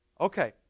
Okay